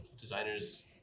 designers